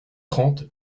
trente